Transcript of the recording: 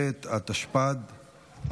בטבת התשפ"ד,